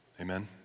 amen